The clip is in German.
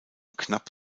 knapp